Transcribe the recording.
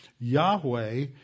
Yahweh